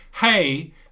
hey